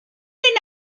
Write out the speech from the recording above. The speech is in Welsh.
mynd